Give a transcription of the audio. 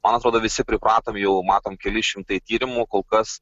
man atrodo visi pripratom jau matom keli šimtai tyrimų kol kas